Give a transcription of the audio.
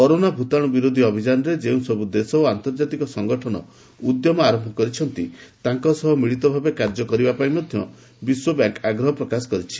corona ଭୂତାଣ୍ଡ ବିରୋଧୀ ଅଭିଯାନରେ ଯେଉଁସବ୍ଧ ଦେଶ ଓ ଆନ୍ତର୍ଜାତିକ ସଂଗଠନ ଉଦ୍ୟମ ଆରମ୍ଭ କରିଛନ୍ତି ତାଙ୍କ ସହ ମିଳିତ ଭାବେ କାର୍ଯ୍ୟ କରିବା ପାଇଁ ମଧ୍ୟ ବିଶ୍ୱବ୍ୟାଙ୍କ୍ ଆଗ୍ରହ ପ୍ରକାଶ କରିଛି